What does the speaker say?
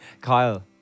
Kyle